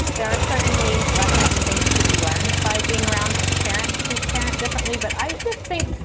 there are certainly lessons and things to be learned by being around parents who parent differently. but i just think,